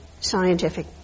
scientific